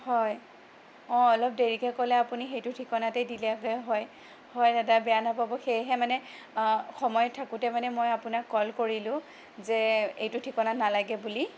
হয় অঁ অলপ দেৰিকৈ ক'লে আপুনি সেইটো ঠিকনাতে দিলেগৈ হয় হয় দাদা বেয়া নাপাব সেয়েহে মানে সময় থাকোঁতেই মানে মই আপোনাক কল কৰিলোঁ যে এইটো ঠিকনাত নালাগে বুলি